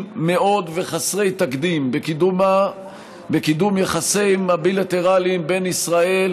מאוד וחסרי תקדים בקידום היחסים הבילטרליים בין ישראל